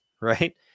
right